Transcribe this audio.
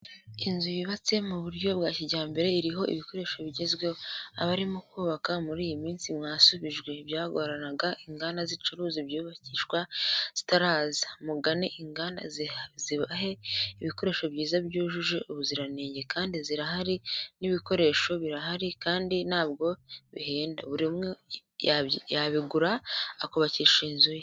Inzu yubatse mu buryo bwa kijyambere iriho ibikoresho bigezweho, abarimo kubaka muri y'iminsi mwasubijwe byagoranaga inganda zicuruza ibyubakishwa zitaraza, mugane inganda zibahe ibikoresho byiza byujuje ubuziranenge kandi zirahari n'ibikoresho birahari kandi ntabwo bihenda, buri umwe yabigura akubakisha inzu ye.